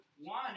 one